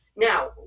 Now